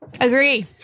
agree